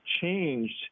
changed –